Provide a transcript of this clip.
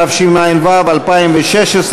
התשע"ו 2016,